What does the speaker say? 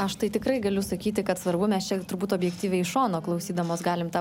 aš tai tikrai galiu sakyti kad svarbu mes čia turbūt objektyviai iš šono klausydamos galim tą